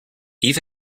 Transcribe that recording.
eve